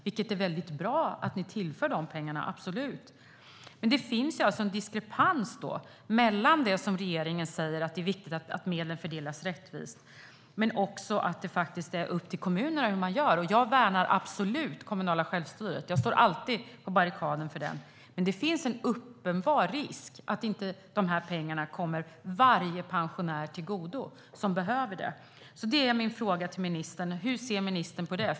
Det är väldigt bra att pengarna tillförs, absolut, men det finns en diskrepans mellan det som regeringen säger, att det är viktigt att medlen fördelas rättvist, och att det är upp till kommunerna hur de gör. Jag värnar absolut det kommunala självstyret - jag står alltid på barrikaderna för det - men det finns en uppenbar risk att pengarna inte kommer varje pensionär till godo som behöver dem. Jag vill därför fråga ministern: Hur ser ministern på det?